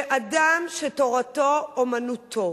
שאדם שתורתו אומנותו